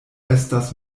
estas